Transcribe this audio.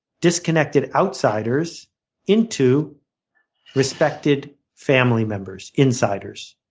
disconnected outsiders into respected family members, insiders.